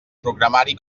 programari